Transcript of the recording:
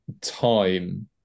time